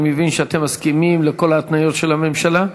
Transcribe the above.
אני מבין שאתם מסכימים לכל ההתניות של הממשלה?